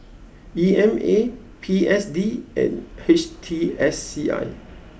E M A P S D and H T S C I